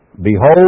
Behold